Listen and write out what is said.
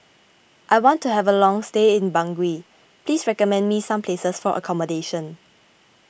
I want to have a long stay in Bangui please recommend me some places for accommodation